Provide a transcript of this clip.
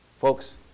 folks